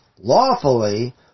lawfully